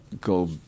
go